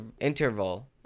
Interval